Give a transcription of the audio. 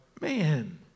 Man